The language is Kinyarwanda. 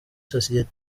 sosiyete